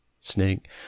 Snake